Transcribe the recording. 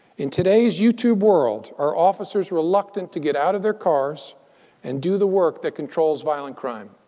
in today's youtube world, are officers reluctant to get out of their cars and do the work that controls violent crime?